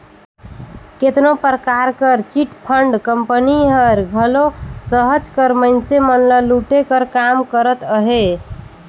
केतनो परकार कर चिटफंड कंपनी हर घलो सहज कर मइनसे मन ल लूटे कर काम करत अहे